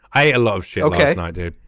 i ah love show ok. and i did.